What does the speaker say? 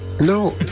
no